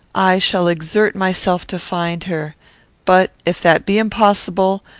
i shall exert myself to find her but, if that be impossible,